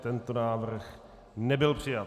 Tento návrh nebyl přijat.